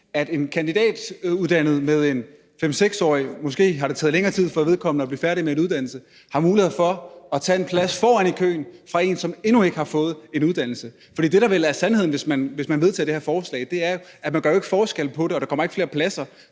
at en kandidatuddannet, hvor det måske har taget længere tid end 6 år at blive færdig med en uddannelse, har mulighed for at tage en plads i køen fra en, som endnu ikke har fået en uddannelse. For det, der vel er sandheden, hvis man vedtager det her forslag, er, at man ikke gør forskel på dem, og der kommer jo ikke flere pladser.